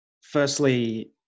Firstly